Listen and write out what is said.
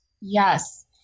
yes